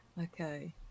Okay